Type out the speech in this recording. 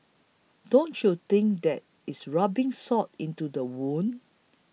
don't you think that is rubbing salt into the wound